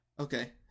Okay